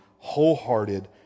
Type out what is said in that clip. wholehearted